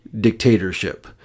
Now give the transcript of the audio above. dictatorship